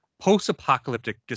Post-apocalyptic